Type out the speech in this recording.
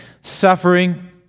suffering